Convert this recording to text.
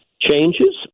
changes